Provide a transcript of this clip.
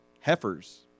heifers